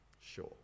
Sure